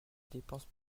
dépense